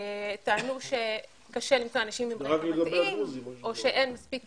טענו שקשה למצוא אנשים עם רקע מתאים או שאין מספיק פניות.